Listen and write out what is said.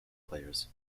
players